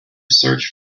search